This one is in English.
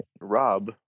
Rob